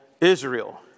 Israel